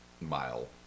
mile